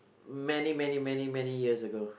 many many many many years ago